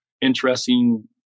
interesting